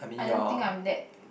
I don't think I'm that